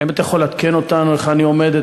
האם אתה יכול לעדכן אותנו היכן היא עומדת,